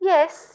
Yes